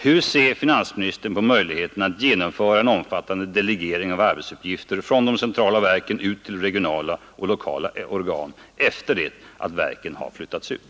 Hur ser finansministern på möjligheten att genomföra en omfattande delegering av arbetsuppgifter från de centrala verken ut till regionala och lokala organ efter det att verken har flyttats ut?